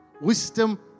Wisdom